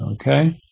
okay